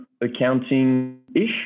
accounting-ish